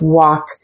walk